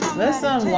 listen